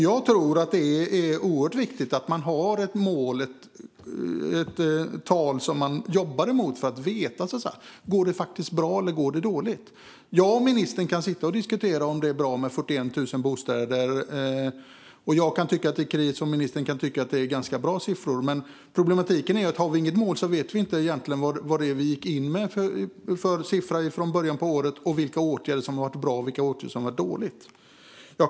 Jag tror att det är oerhört viktigt att man har ett mål, ett tal som man jobbar mot för att kunna veta om det går bra eller dåligt. Jag och ministern kan diskutera om det är bra med 41 000 bostäder, och jag kan tycka att det är kris samtidigt som ministern tycker att siffrorna är ganska bra. Men problematiken är att om vi inte har något mål vet vi egentligen inte vilken ingångssiffra vi hade i början av året och vilka åtgärder som har varit bra eller dåliga.